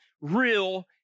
real